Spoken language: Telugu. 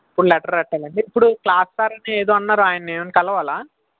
ఇప్పుడు లెటర్ రాస్తానండి ఇప్పుడు క్లాసు సార్ అని ఎదో అన్నారు ఆయన్ని ఏమైనా కలవాలా